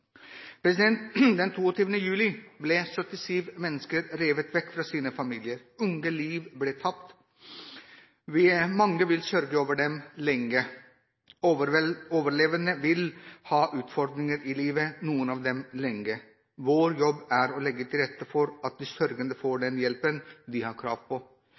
Den 22. juli ble 77 mennesker revet vekk fra sine familier. Unge liv gikk tapt, mange vil sørge over dem lenge. Overlevende vil ha utfordringer i livet, noen av dem lenge. Vår jobb er å legge til rette for at de sørgende får den hjelpen de har krav på.